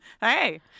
Hey